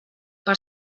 per